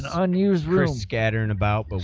unusual scattered about but